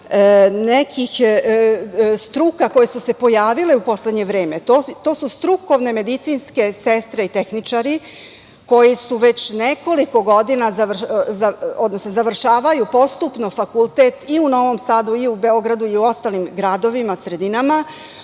nekih struka koje su se pojavile u poslednje vreme. To su strukovne medicinske sestre i tehničari, koji su već nekoliko godina, odnosno završavaju postupno fakultet i u Novom Sadu, Beogradu i ostalim gradovima i sredinama.